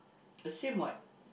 the same what